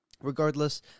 Regardless